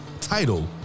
title